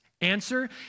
Answer